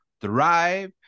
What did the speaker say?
Thrive